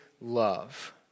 love